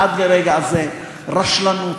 עד לרגע זה, רשלנות,